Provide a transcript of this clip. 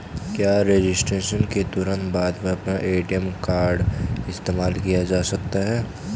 क्या रजिस्ट्रेशन के तुरंत बाद में अपना ए.टी.एम कार्ड इस्तेमाल किया जा सकता है?